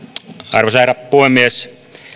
arvoisa herra puhemies